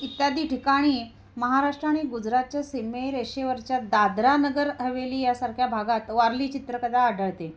इत्यादी ठिकाणी महाराष्ट्र आणि गुजरातच्या सिमेरेषेवरच्या दादरा नगर हवेली यासारख्या भागात वारली चित्रकला आढळते